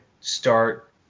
start